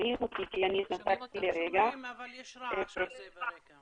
שכששואלים את התלמידים על מעורבות באירועי אלימות בחודש